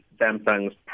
Samsung's